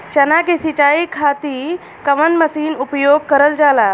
चना के सिंचाई खाती कवन मसीन उपयोग करल जाला?